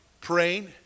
praying